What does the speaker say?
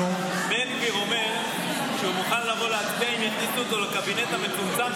בן גביר אומר שהוא מוכן לבוא להצביע אם יכניסו אותו לקבינט המצומצם,